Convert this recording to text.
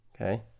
okay